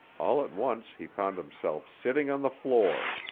all at once he found himself sitting on the floor.